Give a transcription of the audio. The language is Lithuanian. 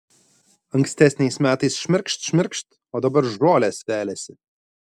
ankstesniais metais šmirkšt šmirkšt o dabar žolės veliasi